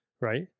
right